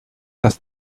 dass